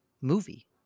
movie